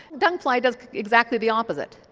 dung flies does exactly the opposite.